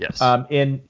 Yes